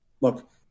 look